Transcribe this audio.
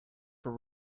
for